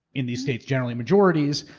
in these states, generally majorities.